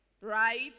Right